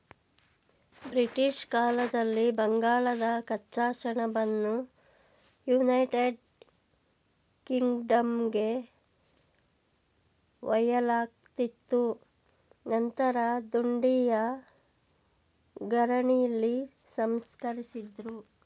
British ಕಾಲದಲ್ಲಿ ಬಂಗಾಳದ ಕಚ್ಚಾ ಸೆಣಬನ್ನು ಯುನೈಟೆಡ್ ಕಿಂಗ್ಡಮ್ಗೆ ಒಯ್ಯಲಾಗ್ತಿತ್ತು ನಂತರ ದುಂಡೀಯ ಗಿರಣಿಲಿ ಸಂಸ್ಕರಿಸಿದ್ರು